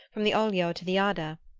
from the oglio to the adda.